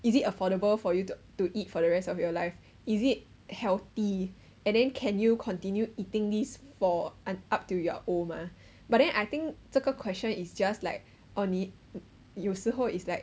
is it affordable for you to to eat for the rest of your life is it healthy and then can you continue eating this for up up to you're old mah but then I think 这个 question is just like orh 你有时候 is like